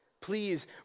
Please